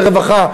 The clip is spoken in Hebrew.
לרווחה,